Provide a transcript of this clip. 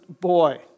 boy